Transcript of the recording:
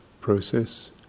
process